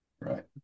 Right